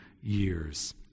years